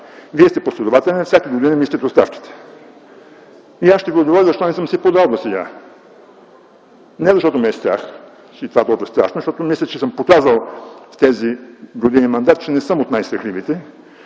Вие сте последователен и всяка година ми искате оставката. Аз ще Ви отговоря защо не съм си я подал досега. Не защото ме е страх и това колко е страшно, защото мисля, че съм показал в тези години мандат, че не съм от най-страхливите,